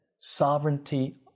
sovereignty